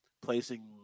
placing